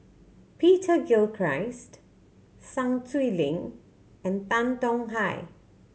Peter Gilchrist Sun Xueling and Tan Tong Hye